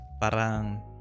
Parang